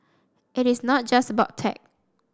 it is not just about tech